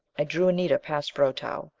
i drew anita past brotow,